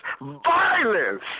violence